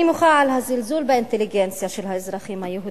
אני מוחה על הזלזול באינטליגנציה של האזרחים היהודים,